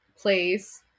place